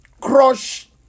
crush